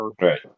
right